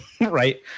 right